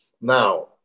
Now